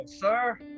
sir